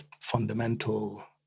fundamental